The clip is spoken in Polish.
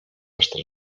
resztę